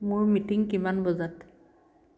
মোৰ মিটিং কিমান বজাত